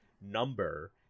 number